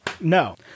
No